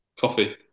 Coffee